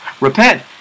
Repent